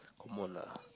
come on lah